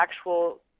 actual